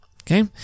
Okay